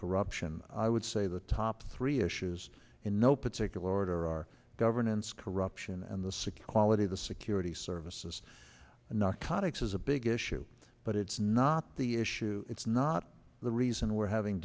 corruption i would say the top three issues in no particular order are governance corruption and the secure quality of the security services and narcotics is a big issue but it's not the issue it's not the reason we're having